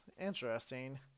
Interesting